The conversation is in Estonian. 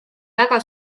väga